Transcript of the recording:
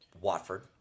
Watford